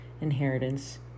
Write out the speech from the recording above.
inheritance